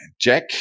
Jack